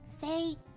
Say